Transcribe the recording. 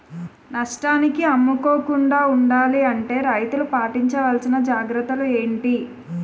నష్టానికి అమ్ముకోకుండా ఉండాలి అంటే రైతులు పాటించవలిసిన జాగ్రత్తలు ఏంటి